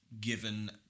given